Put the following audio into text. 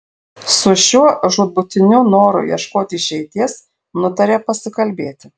su šiuo žūtbūtiniu noru ieškoti išeities nutarė pasikalbėti